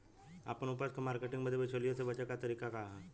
आपन उपज क मार्केटिंग बदे बिचौलियों से बचे क तरीका का ह?